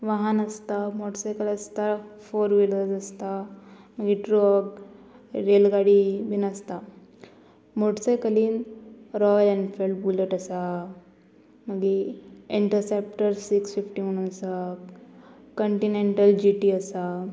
वाहन आसता मोटसायकल आसता फोर व्हिलर्स आसता मागीर ट्रक रेलगाडी बीन आसता मोटसायकलीन रॉयल एनफिल्ड बुलट आसा मागी एंटरसेप्टर सिक्स फिफ्टी म्हणून आसा कंटिनॅंटल जी टी आसा